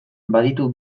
baditu